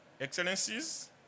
Excellencies